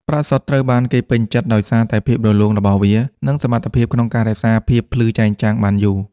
ប្រាក់សុទ្ធ ត្រូវបានគេពេញចិត្តដោយសារតែភាពរលោងរបស់វា និងសមត្ថភាពក្នុងការរក្សាភាពភ្លឺចែងចាំងបានយូរ។